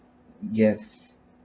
yes